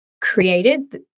created